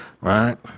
right